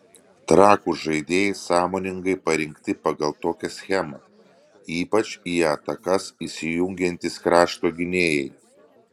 trakų žaidėjai sąmoningai parinkti pagal tokią schemą ypač į atakas įsijungiantys krašto gynėjai